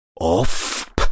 Off